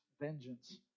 vengeance